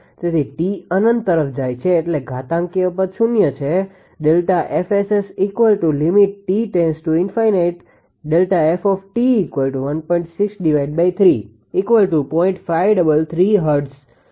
તેથી t અનંત તરફ જાય છે એટલે ઘાતાંકીય પદ શૂન્ય છે